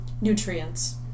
nutrients